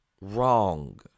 wrong